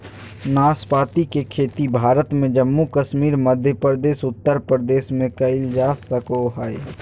नाशपाती के खेती भारत में जम्मू कश्मीर, मध्य प्रदेश, उत्तर प्रदेश में कइल जा सको हइ